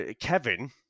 Kevin